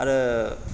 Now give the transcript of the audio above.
आरो